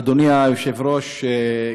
אדוני היושב-ראש,